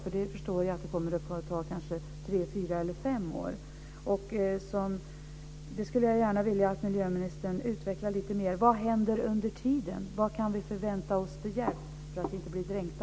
Jag förstår att det kommer att ta tre fyra fem år. Jag skulle vilja att miljöministern utvecklar lite mer vad som kommer att hända under tiden. Vad kan vi förvänta oss för hjälp så att vi inte blir dränkta?